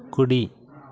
కుడి